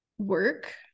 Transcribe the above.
work